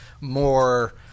more –